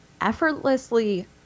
effortlessly